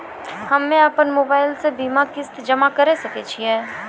हम्मे अपन मोबाइल से बीमा किस्त जमा करें सकय छियै?